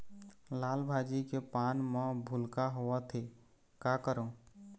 लाल भाजी के पान म भूलका होवथे, का करों?